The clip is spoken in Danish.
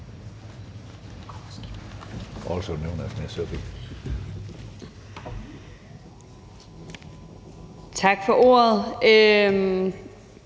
Tak for ordet.